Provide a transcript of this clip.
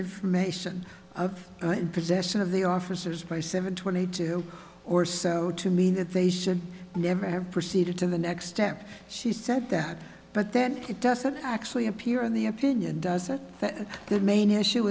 information of possession of the officers by seven twenty two or so to mean that they should never have proceeded to the next step she said that but then it doesn't actually appear in the opinion does it that the main issue